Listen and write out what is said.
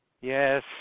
Yes